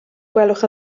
gwelwch